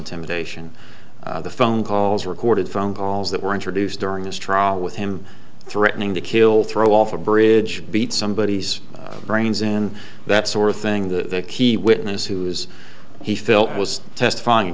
intimidation the phone calls recorded phone calls that were introduced during this trial with him threatening to kill throw off a bridge beat somebody brains in that sort of thing the key witness who is he felt was testifying